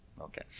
Okay